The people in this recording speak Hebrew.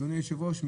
אדוני היושב-ראש,